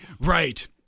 Right